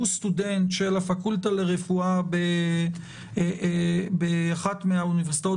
שהוא סטודנט בפקולטה לרפואה באחת מן האוניברסיטאות